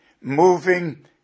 moving